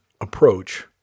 approach